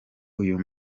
uyu